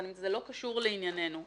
זה לא קשור לענייננו.